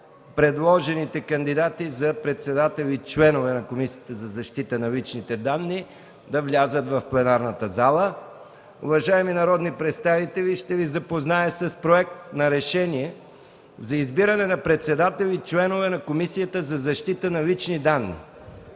предложените кандидати за председател и членове на Комисията за защита на личните данни да влязат в пленарната зала. Уважаеми народни представители, ще Ви запозная с Проекта на решение за избиране на председател и членове на Комисията за защита на личните данни.